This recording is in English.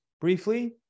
briefly